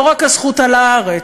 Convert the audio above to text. לא רק הזכות על הארץ,